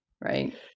right